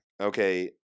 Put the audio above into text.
Okay